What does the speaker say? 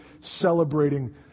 celebrating